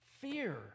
fear